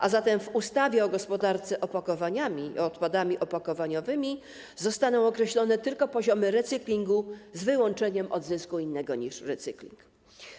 A zatem w ustawie o gospodarce opakowaniami i odpadami opakowaniowymi zostaną określone tylko poziomy recyklingu, z wyłączeniem odzysku innego niż recykling.